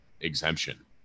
exemption